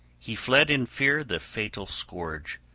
he fled in fear the fatal scourge,